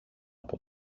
από